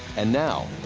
and now,